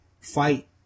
fight